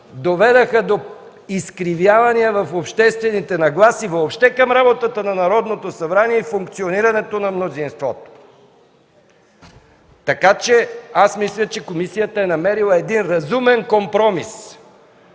доведоха до изкривявания в обществените нагласи въобще към работата на Народното събрание и функционирането на мнозинството. Мисля, че комисията е намерила един разумен компромис